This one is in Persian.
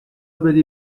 بدی